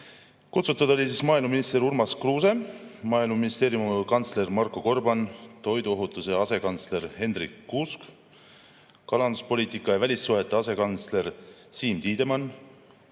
Kutsutud olid maaeluminister Urmas Kruuse, Maaeluministeeriumi kantsler Marko Gorban, toiduohutuse asekantsler Hendrik Kuusk, kalanduspoliitika ja välissuhete asekantsler Siim Tiidemann,